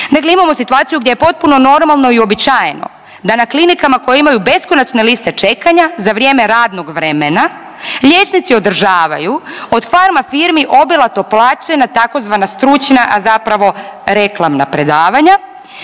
Dakle, imamo situaciju gdje je potpuno normalno i uobičajeno da na klinikama koje imaju beskonačne liste čekanja za vrijeme radnog vremena liječnici održavaju od farma firmi obilato plaćena tzv. stručna, a zapravo reklamna predavanja